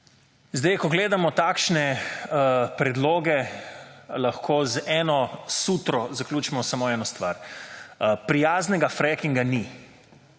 Zdaj, ko gledamo takšne predloge, lahko z eno sutro zaključimo samo eno stvar. Prijaznega frackinga ni.